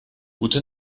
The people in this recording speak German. gute